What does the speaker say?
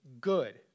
good